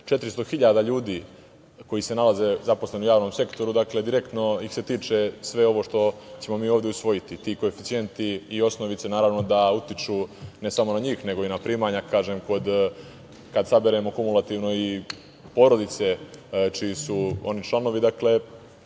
400.000 ljudi koji su zaposleni u javnom sektoru, dakle, direktno ih se tiče sve ovo što ćemo mi ovde usvojiti. Ti koeficijenti i osnovice naravno da utiču ne samo na njih, nego i na primanja, kad saberemo kumulativno i porodice čiji su oni članovi, dakle,